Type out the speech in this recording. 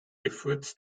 efforts